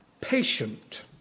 patient